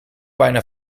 bijna